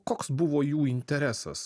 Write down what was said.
koks buvo jų interesas